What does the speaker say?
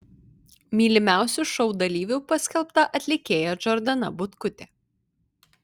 mylimiausiu šou dalyviu paskelbta atlikėja džordana butkutė